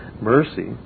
mercy